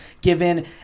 given